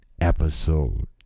episode